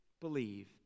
believe